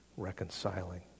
reconciling